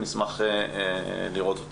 נשמח לראות אותה.